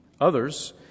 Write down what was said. others